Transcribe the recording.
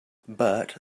bert